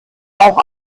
auch